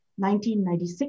1996